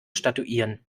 statuieren